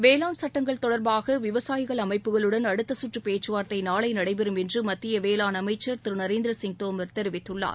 வேளாண் சட்டங்கள் தொடர்பாக விவசாயிகள் அமைப்புகளுடன் அடுத்தச்சுற்று பேச்சுவார்த்தை நாளை நடைபெறும் என்று மத்திய வேளாண் அமைச்சர் திரு நரேந்திர சிங் தோமர் தெரிவித்துள்ளார்